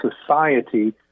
society